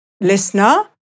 Listener